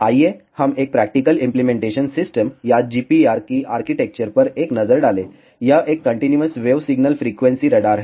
आइए हम एक प्रैक्टिकल इम्प्लीमेंटेशन सिस्टम या GPR की आर्किटेक्चर पर एक नज़र डालें यह एक continuous wave single frequency radar है